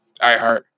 iHeart